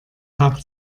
tag